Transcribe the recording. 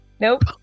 nope